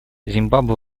зимбабве